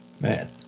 Man